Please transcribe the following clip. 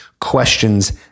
questions